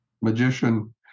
Magician